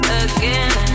again